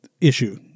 issue